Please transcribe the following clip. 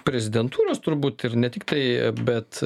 prezidentūros turbūt ir ne tiktai bet